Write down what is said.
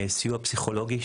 סיוע פסיכולוגי,